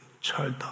child